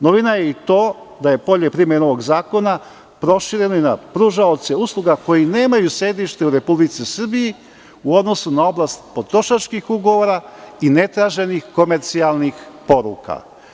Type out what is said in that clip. Novina je i to da je polje primene ovog zakona prošireno i na pružaoce usluga koji nemaju sedište u Republici Srbiji u odnosu na oblast potrošačkih ugovora i netraženih komercijalnih poruka.